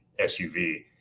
suv